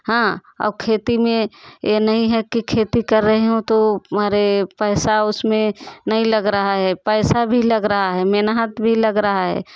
हाँ अब खेती में ये नहीं है कि खेती कर रही हूँ तो हमारे पैसा उसमें नहीं लग रहा है पैसा भी लग रहा है मेहनत भी लग रहा है